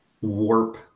warp